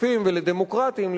לשקופים ולדמוקרטיים,